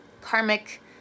Karmic